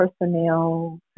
personnel